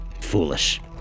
Foolish